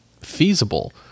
feasible